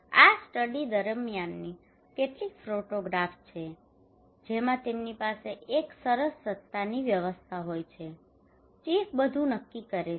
આ સ્ટડી દરમિયાનની કેટલીક ફોટોગ્રાફ્સ છે જેમાં તેમની પાસે એક સરસત્તાની વ્યવસ્થા હોય છે ચીફ બધું નક્કી કરે છે